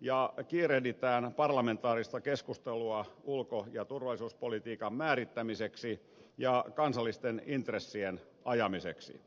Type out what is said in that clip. ja kiirehditään parlamentaarista keskustelua ulko ja turvallisuuspolitiikan määrittämiseksi ja kansallisten intressien ajamiseksi